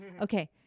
okay